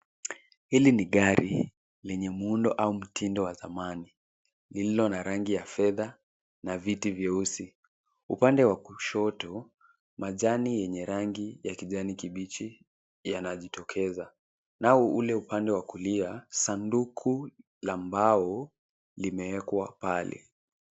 Hili ni gari lenye muundo au mtindo wa zamani lililo na rangi ya fedha na viti vyeusi. Upande wa kushoto, majani yenye rangi ya kijani kibichi yanajitokeza nao ule upande wa kulia, sanduku la mbao limewekwa pale.